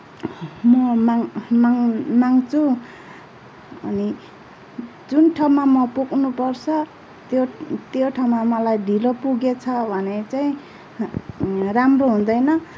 म माग माग माग्छुँ अनि जुन ठाउँमा म पुग्नुपर्छ त्यो त्यो ठाउँमा मलाई ढिलो पुगेछ भने चाहिँ राम्रो हुँदैन